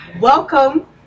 Welcome